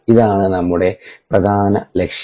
ഇതാണ് നമ്മുടെ പ്രധാന ലക്ഷ്യം